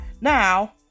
Now